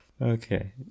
Okay